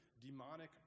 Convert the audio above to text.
demonic